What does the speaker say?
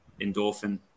endorphin